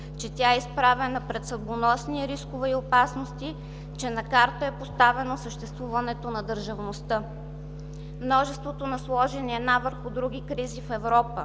Тя е изправена пред съдбоносни рискове и опасности, че на карта е поставено съществуването на държавността. Множеството насложени една върху друга кризи в Европа